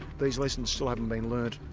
these lessons still haven't been learned.